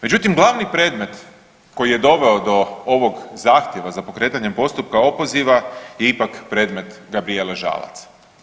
Međutim, glavni predmet koji je doveo do ovog zahtjeva za pokretanjem postupka opoziva je ipak predmet Gabrijele Žalac.